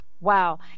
wow